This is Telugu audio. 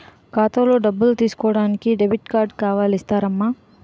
ఖాతాలో డబ్బులు తీసుకోడానికి డెబిట్ కార్డు కావాలి ఇస్తారమ్మా